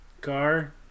car